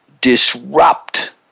disrupt